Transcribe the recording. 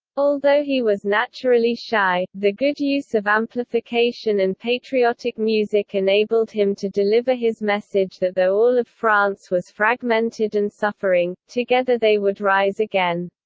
although he was naturally shy, the good use of amplification and patriotic music enabled him to deliver his message that though all of france was fragmented and suffering, together they would rise again.